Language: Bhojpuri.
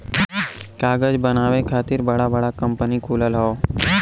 कागज बनावे खातिर बड़ा बड़ा कंपनी खुलल हौ